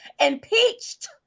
impeached